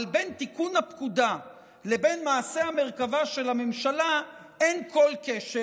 אבל בין תיקון הפקודה לבין מעשה המרכבה של הממשלה אין כל קשר,